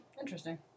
Interesting